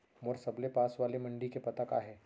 मोर सबले पास वाले मण्डी के पता का हे?